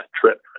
trip